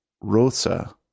Rosa